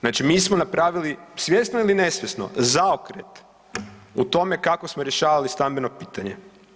Znači mi smo napravili svjesno ili nesvjesno zaokret u tome kako smo rješavali stambeno pitanje.